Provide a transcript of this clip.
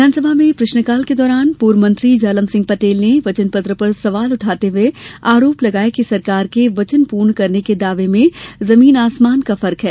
विधानसभा में प्रश्नकाल के दौरान पूर्व मंत्री जालम सिंह पटेल ने वचनपत्र पर सवाल उठाते हुये आरोप लगाया कि सरकार के वचन पूर्ण करने के दावे में जमीन आसमान का फर्क है